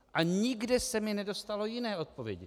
A nikde se mi nedostalo jiné odpovědi.